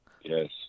Yes